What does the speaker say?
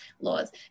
laws